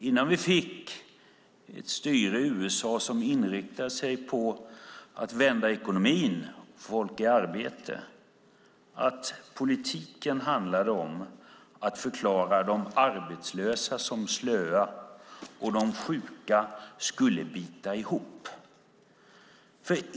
Innan vi fick ett styre i USA som inriktade sig på att vända ekonomin och få folk arbete skrev han att politiken handlade om att förklara de arbetslösa som slöa och att de sjuka skulle bita ihop.